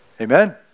Amen